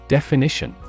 Definition